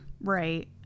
Right